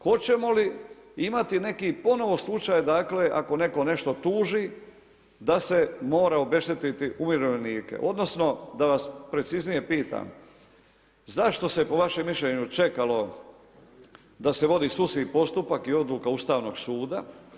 Hoćemo li imati ponovno slučaj, dakle ako netko nešto tuži da se mora obeštetiti umirovljenike, odnosno da vas preciznije pitam zašto se po vašem mišljenju čekalo da se vodi sudski postupak i odluka Ustavnog suda.